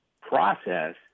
process